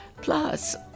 Plus